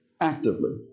actively